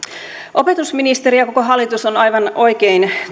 opetusministeriö ja koko hallitus on aivan oikein